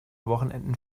wochenenden